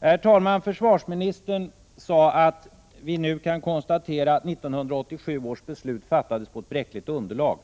Herr talman! Försvarsministern sade att vi nu kan konstatera att 1987 års försvarsbeslut fattades på ett bräckligt underlag.